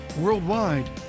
worldwide